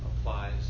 applies